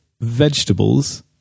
Vegetables